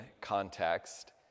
context